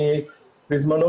בזמנו,